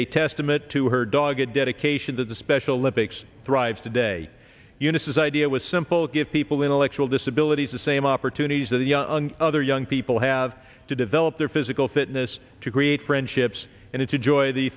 a testament to her dog and dedication to the special olympics thrives today eunice's idea was simple give people intellectual disabilities the same opportunities that the other young people have to develop their physical fitness to create friendships and it's a joy the